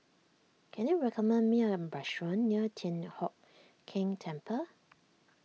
can you recommend me a bathroom near Thian Hock Keng Temple